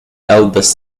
eldest